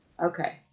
Okay